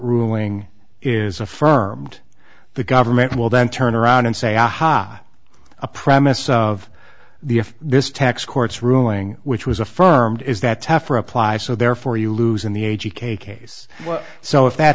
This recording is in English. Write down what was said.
ruling is affirmed the government will then turn around and say aha a premise of the if this tax court's ruling which was affirmed is that tougher apply so therefore you lose in the a g cake case so if that